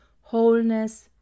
wholeness